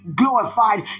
glorified